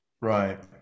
right